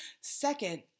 second